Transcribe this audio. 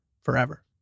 forever